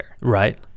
right